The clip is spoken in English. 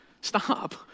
Stop